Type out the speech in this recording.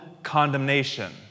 condemnation